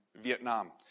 Vietnam